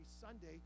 Sunday